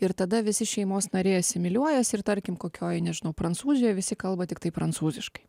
ir tada visi šeimos nariai asimiliuojas ir tarkim kokioje nežinau prancūzijoj visi kalba tiktai prancūziškai